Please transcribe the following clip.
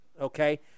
okay